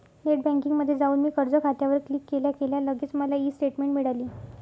net बँकिंगमध्ये जाऊन मी कर्ज खात्यावर क्लिक केल्या केल्या लगेच मला ई स्टेटमेंट मिळाली